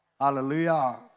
Hallelujah